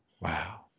wow